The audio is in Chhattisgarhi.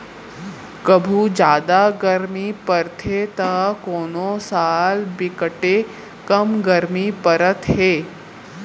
कभू जादा गरमी परथे त कोनो साल बिकटे कम गरमी परत हे